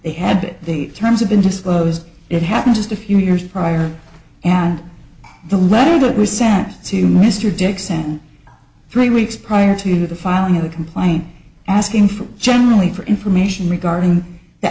they had that the terms of been disclosed it happened just a few years prior and the letter that was sent to mr dixon three weeks prior to the filing of the complaint asking for generally for information regarding the